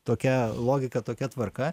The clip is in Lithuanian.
tokia logika tokia tvarka